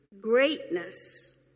greatness